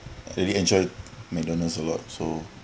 I really enjoy McDonald's a lot so